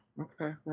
Okay